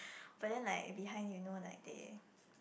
but then like behind you know like they